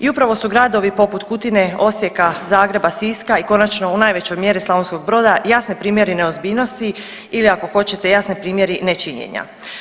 I upravo su gradovi poput Kutine, Osijeka, Zagreba, Siska i konačno u najvećoj mjeri Slavonskog Broda jasni primjeri neozbiljnosti ili ako hoćete jasni primjeri nečinjenja.